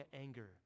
anger